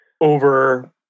over